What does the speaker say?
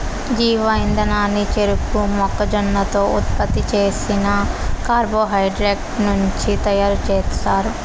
జీవ ఇంధనాన్ని చెరకు, మొక్కజొన్నతో ఉత్పత్తి చేసిన కార్బోహైడ్రేట్ల నుంచి తయారుచేస్తారు